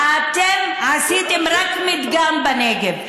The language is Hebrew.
אתם עשיתם מדגם רק בנגב.